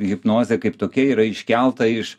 hipnozė kaip tokia yra iškelta iš